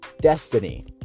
destiny